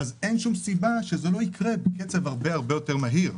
אין שום סיבה שזה לא יקרה בקצב הרבה יותר מהיר.